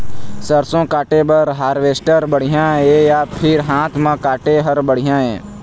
सरसों काटे बर हारवेस्टर बढ़िया हे या फिर हाथ म काटे हर बढ़िया ये?